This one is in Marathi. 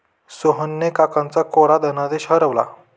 सोहनच्या काकांचा कोरा धनादेश हरवला